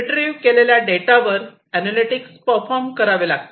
retrieve केलेल्या डेटावर analytics perform करावे लागते